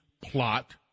plot